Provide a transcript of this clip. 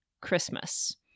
Christmas